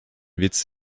witz